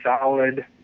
solid